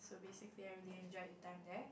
basically I really enjoyed the time there